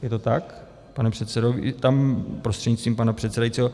Je to tak, pane předsedo, prostřednictvím pana předsedajícího?